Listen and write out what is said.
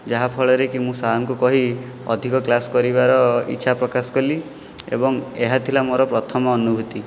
ଯାହାଫଳରେକି ମୁଁ ସାର୍ଙ୍କୁ କହି ଅଧିକ କ୍ଳାସ୍ କରିବାର ଇଚ୍ଛା ପ୍ରକାଶ କଲି ଏବଂ ଏହା ଥିଲା ମୋର ପ୍ରଥମ ଅନୁଭୂତି